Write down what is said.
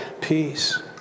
peace